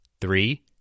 Three